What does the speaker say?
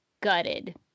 gutted